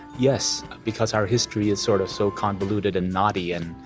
yes because our history is sort of so convoluted and nasty and.